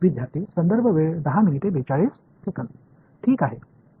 विद्यार्थी ठीक आहे